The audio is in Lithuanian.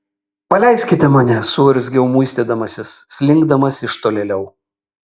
paleiskite mane suurzgiau muistydamasis slinkdamas iš tolėliau